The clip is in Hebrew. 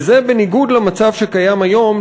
וזה בניגוד למצב שקיים היום,